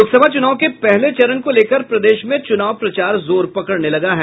लोकसभा चुनाव के पहले चरण को लेकर प्रदेश में चुनाव प्रचार जोर पकड़ने लगा है